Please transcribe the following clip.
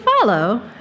follow